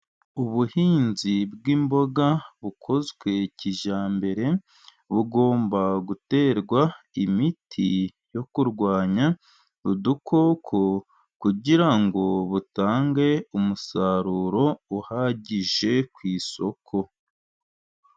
Ubuhinzi bw'imboga bukozwe kijyambere, bugomba guterwa imiti yo kurwanya udukoko kugira ngo butange umusaruro uhagije ku isoko.